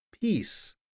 peace